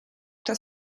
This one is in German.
das